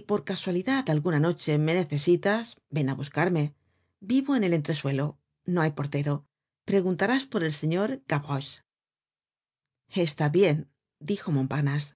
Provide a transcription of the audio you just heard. por casualidad alguna noche me necesitas ven á buscarme vivo en el entresuelo no hay portero preguntarás por el señor gavroche está bien dijo montparnase